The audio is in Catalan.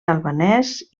albanès